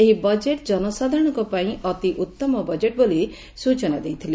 ଏହି ବଜେଟ୍ ଜନସାଧାରଣଙ୍କ ପାଇଁ ଅତି ଉଉମ ବଜେଟ୍ ବୋଲି ସ୍ଚନା ଦେଇଥିଲେ